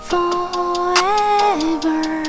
Forever